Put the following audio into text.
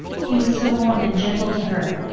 he was so warm and gentle to her,